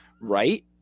right